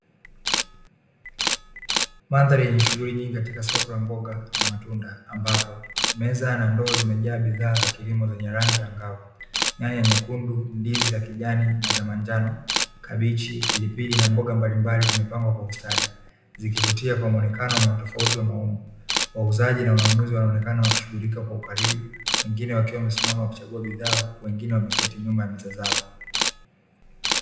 Mandhari yenye shughuli nyingi katika soko la mboga, ambapo meza na ndoo zimejaa bidhaa za kilimo zenye rangi angavu, nyanya nyekundu ndizi za kijani na za manjano, kabichi, pilipili na mboga mbalimbali zimepangwa kwa ustadi zikivutia kwa mwonekano na utofauti wa maumbo, wauzaji na wanunuzi wanaonekana wakishughulika kwa ukaribu. Wengine wakiwa wamesimama wa kuchagua bidhaa huku wengine wameketi nyuma ya meza zao.